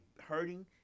hurting